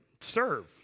serve